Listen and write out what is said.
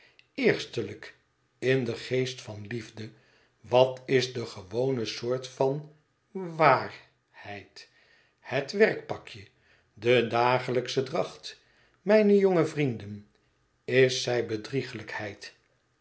eerstelijk in den geest van liefde wat is de gewone soort van wa a arheid het werkpakje de dagelijksche dracht mijne jonge vrienden is zij